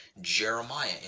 Jeremiah